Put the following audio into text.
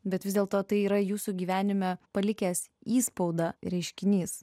bet vis dėlto tai yra jūsų gyvenime palikęs įspaudą reiškinys